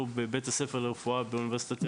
בבית הספר לרפואה באוניברסיטת תל אביב.